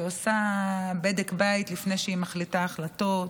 שעושה בדק בית לפני שהיא מחליטה החלטות,